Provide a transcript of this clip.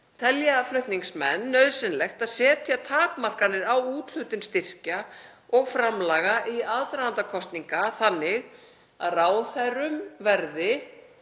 telja flutningsmenn nauðsynlegt að setja takmarkanir á úthlutun styrkja og framlaga í aðdraganda kosninga þannig að ráðherrum verði,